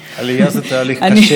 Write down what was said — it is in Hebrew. עלייה זה תהליך קשה,